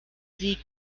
sie